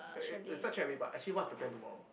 uh uh uh research already but actually what's the plan tomorrow